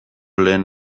lehen